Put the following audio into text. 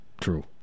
True